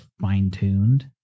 fine-tuned